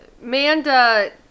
Manda